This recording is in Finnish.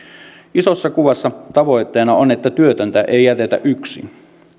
isossa kuvassa tavoitteena on että työtöntä ei jätetä yksin